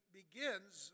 begins